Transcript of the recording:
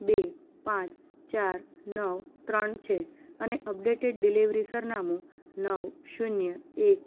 બે પાંચ ચાર નવ ત્રણ છે અને અપડેટેડ ડિલિવરી સરનામું નવ શૂન્ય એક